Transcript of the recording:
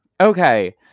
Okay